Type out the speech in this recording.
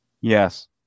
Yes